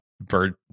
bird